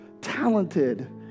talented